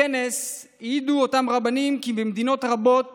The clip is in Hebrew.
בכנס העידו אותם רבנים כי במדינות רבות